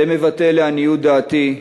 זה מבטא, לעניות דעתי,